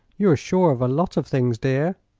you are sure of a lot of things, dear,